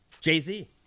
Jay-Z